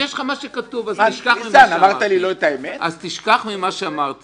אני לא מצליח להבין מה אנחנו רוצים לעשות